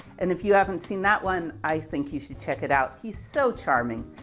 and if you haven't seen that one, i think you should check it out. he's so charming.